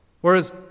Whereas